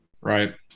Right